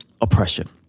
oppression